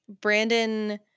Brandon